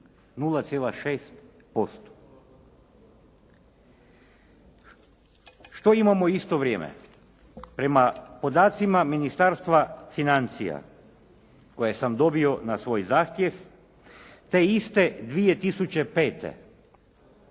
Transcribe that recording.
0,6%. Što imamo u isto vrijeme? Prema podacima Ministarstva financija koje sam dobio na svoj zahtjev, te iste 2005. rudarska